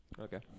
Okay